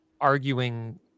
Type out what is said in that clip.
arguing